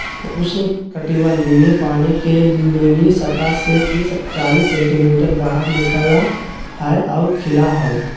उष्णकटिबंधीय पानी के लिली सतह से तिस चालीस सेंटीमीटर बाहर निकला हइ और खिला हइ